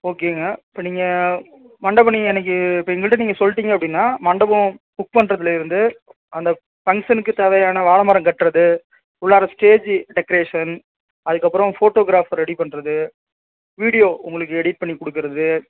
ஓகேங்க இப்போ நீங்கள் மண்டபம் நீங்கள் இன்னைக்கு இப்போ எங்கள்ட்ட நீங்கள் சொல்லிட்டீங்க அப்படின்னா மண்டபம் புக் பண்ணுறதுலேருந்து அந்த ஃபங்க்ஷனுக்குத் தேவையான வாழைமரம் கட்டுறது உள்ளார ஸ்டேஜு டெக்ரேஷன் அதுக்கப்புறம் ஃபோட்டோக்ராஃபர் ரெடி பண்ணுறது வீடியோ உங்களுக்கு எடிட் பண்ணிக் கொடுக்கறது